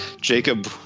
Jacob